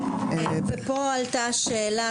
פה עלתה שאלה,